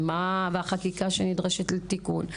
והחקיקה שנדרשת לתיקון,